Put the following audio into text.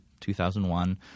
2001